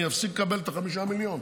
אני אפסיק לקבל את ה-5 מיליון.